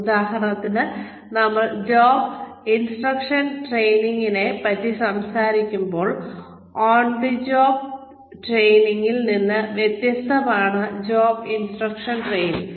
ഉദാഹരണത്തിന് നമ്മൾ job instruction ട്രെയിനിങ്നെ പറ്റി സംസാരിക്കുമ്പോൾ ഓൺ ദി ജോബ് ട്രെയിനിങ്ങിൽ നിന്ന് വ്യത്യസ്തമാണ് ജോബ് ഇൻസ്ട്രക്ഷൻ ട്രെയിനിങ്